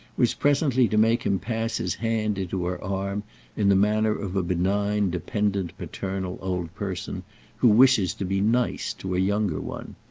was presently to make him pass his hand into her arm in the manner of a benign dependent paternal old person who wishes to be nice to a younger one.